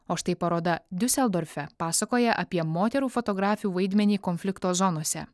o štai paroda diuseldorfe pasakoja apie moterų fotografių vaidmenį konflikto zonose